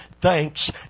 thanks